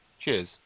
Cheers